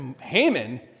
Haman